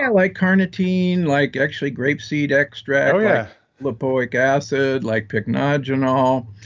yeah like carnitine, like actually grape seed extract, yeah lipoic acid, like pycnogenol